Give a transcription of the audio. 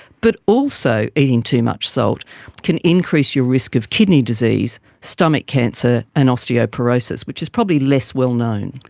but also eating too much salt can increase your risk of kidney disease, stomach cancer and osteoporosis, which is probably less well known.